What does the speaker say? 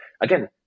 again